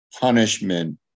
punishment